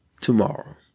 tomorrow